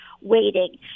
waiting